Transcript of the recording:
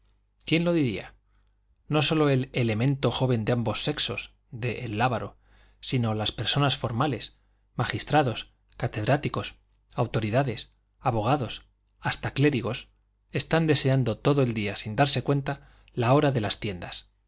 quién lo diría no sólo el elemento joven de ambos sexos de el lábaro sino las personas formales magistrados catedráticos autoridades abogados hasta clérigos están deseando todo el día sin darse cuenta la hora de las tiendas